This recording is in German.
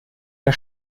der